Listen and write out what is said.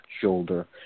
shoulder